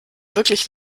wirklich